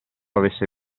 avesse